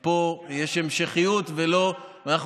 פה יש המשכיות ואנחנו